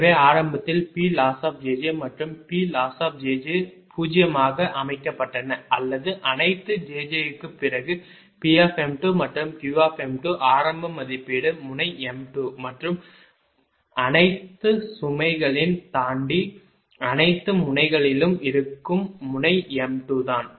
எனவே ஆரம்பத்தில் Ploss மற்றும் Ploss 0 ஆக அமைக்கப்பட்டன அல்லது அனைத்து jj க்கு பிறகு P மற்றும் Q ஆரம்ப மதிப்பீடு முனை m2 மற்றும் அனைத்து சுமைகளின் தாண்டி அனைத்து முனைகளிலும் இருக்கும் முனை m2 தான்